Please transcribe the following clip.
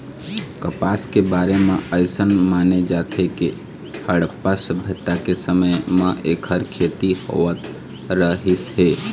कपसा के बारे म अइसन माने जाथे के हड़प्पा सभ्यता के समे म एखर खेती होवत रहिस हे